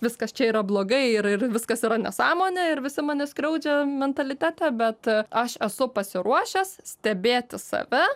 viskas čia yra blogai ir ir viskas yra nesąmonė ir visi mane skriaudžia mentalitete bet aš esu pasiruošęs stebėti save